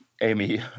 Amy